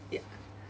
ya